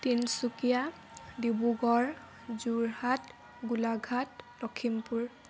Tinsukia Dibrugarh Jorhat Golaghat Lakhimpur